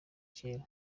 cyera